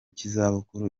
cy’izabukuru